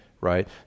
right